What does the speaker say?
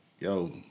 yo